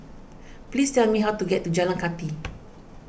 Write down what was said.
please tell me how to get to Jalan Kathi